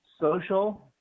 social